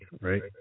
right